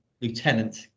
Lieutenant